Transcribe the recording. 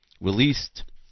released